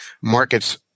markets